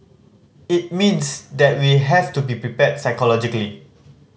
it means that we have to be prepared psychologically